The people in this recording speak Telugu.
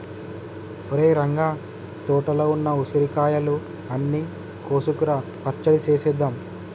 ఒరేయ్ రంగ తోటలో ఉన్న ఉసిరికాయలు అన్ని కోసుకురా పచ్చడి సేసేద్దాం